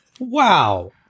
Wow